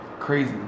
crazy